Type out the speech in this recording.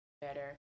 better